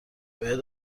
باید